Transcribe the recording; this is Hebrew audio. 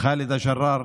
ח'אלדה ג'ראר,